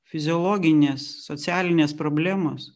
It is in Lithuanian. fiziologinės socialinės problemos